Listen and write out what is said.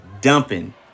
dumping